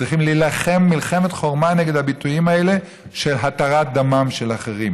צריכים להילחם מלחמת חורמה נגד הביטויים האלה של התרת דמם של אחרים.